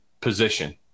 position